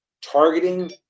targeting